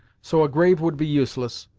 so a grave would be useless,